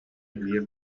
биир